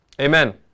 Amen